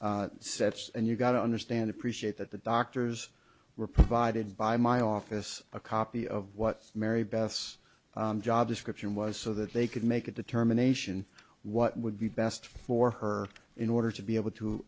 doctors sets and you got to understand appreciate that the doctors were provided by my office a copy of what mary beth's job description was so that they could make a determination what would be best for her in order to be able to